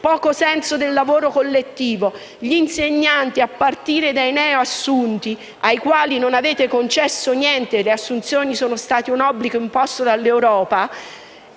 poco senso del lavoro collettivo. Gli insegnanti, a partire dai neo assunti (ai quali non avete concesso niente, le assunzioni sono state un obbligo imposto dall'Europa